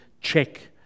check